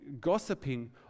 gossiping